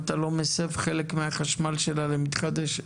אתה לא מסב חלק מהחשמל שלה למתחדשת?